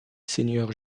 seigneur